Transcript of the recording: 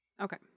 Okay